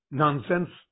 nonsense